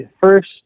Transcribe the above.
first